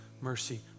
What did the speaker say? mercy